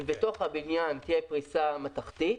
ובתוך הבניין תהיה פריסה מתכתית,